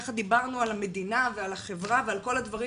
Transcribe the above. יחד דיברנו על המדינה ועל החברה ועל כל הדברים